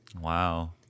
Wow